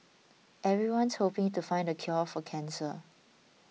everyone's hoping to find the cure for cancer